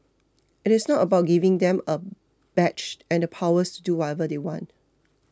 it is not about giving them a badge and the powers to do whatever they want